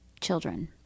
children